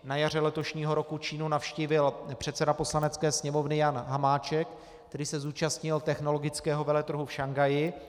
Na jaře letošního roku Čínu navštívil předseda Poslanecké sněmovny Jan Hamáček, který se zúčastnil technologického veletrhu v Šanghaji.